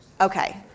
Okay